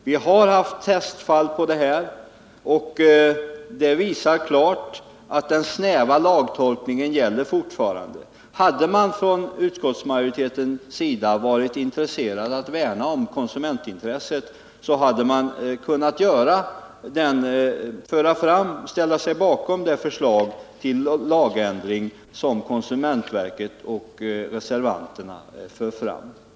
Vi har haft testfall, och de visar klart att den snäva lagtolkningen gäller fortfarande. Hade man från utskottsmajoritetens sida varit intresserad av att värna om konsumentintresset hade man kunnat ställa sig bakom det förslag till lagändring som konsumentverket och reservanterna för fram.